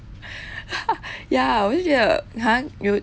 ya 我就觉得 !huh! 有